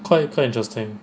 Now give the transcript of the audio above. quite quite interesting